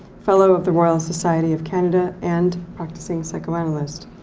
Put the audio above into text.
fellow of the royal society of canada, and practicing psychoanalyst.